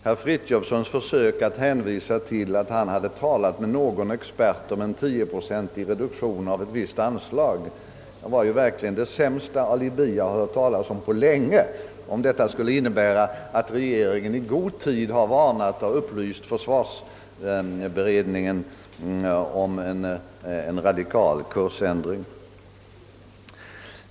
Herr Frithiofsons försök ' att hänvisa till att han hade talat med någon expert om en tioprocentig reduktion av ett visst anslag var verkligen det sämsta alibi jag på länge hört talas om, om detta skulle innebära att regeringen i god tid varnat för och upplyst försvarsberedningen om en radikal kursändring.